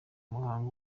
muhango